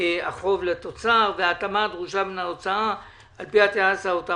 החוב לתוצר וההתאמה הדרושה בין ההוצאה וכולי".